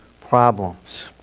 problems